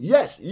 Yes